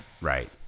Right